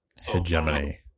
Hegemony